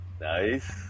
Nice